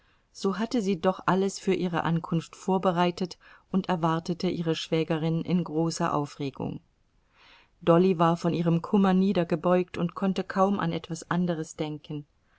so hatte sie doch alles für ihre ankunft vorbereitet und erwartete ihre schwägerin in großer aufregung dolly war von ihrem kummer niedergebeugt und konnte kaum an etwas anderes denken